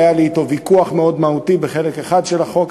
שהיה לי אתו ויכוח מאוד מהותי בחלק אחד של החוק,